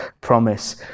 promise